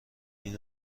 این